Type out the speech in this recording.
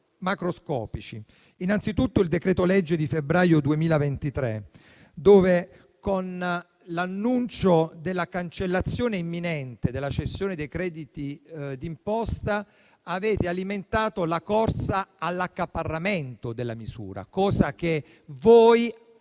macroscopici: innanzitutto, il decreto-legge n. 11 del 16 febbraio 2023, in cui, con l'annuncio della cancellazione imminente della cessione dei crediti d'imposta, avete alimentato la corsa all'accaparramento della misura, che molti